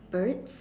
birds